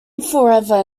forever